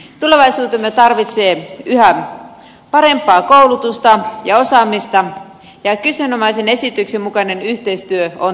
tulevaisuutemme tarvitsee yhä parempaa koulutusta ja osaamista ja kyseenomaisen esityksen mukainen yhteistyö on tärkeää